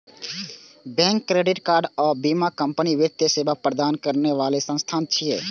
bank, credit card आ बीमा company वित्तीय सेवा प्रदान करै बला संस्थान छियै